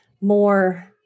more